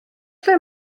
lle